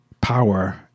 power